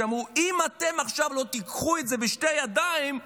שאמרו: אם אתם עכשיו לא תיקחו את זה בשתי ידיים,